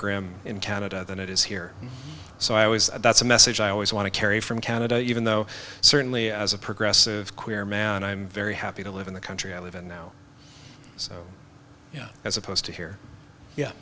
grim in canada than it is here so i was that's a message i always want to carry from canada even though certainly as a progressive queer man i'm very happy to live in the country i live in now as opposed to here yeah